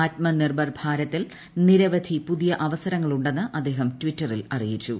ആത്മനിർഭർ ഭാരതിൽ നിരവധി പുതിയ അവസരങ്ങളുണ്ടെന്നും അദ്ദേഹം ട്വിറ്ററിൽ അറിയിച്ചു